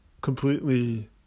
completely